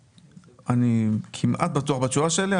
אני כמעט בטוח בתשובה שלי.